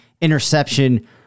interception